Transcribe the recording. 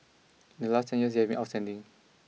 in the last ten years they've been outstanding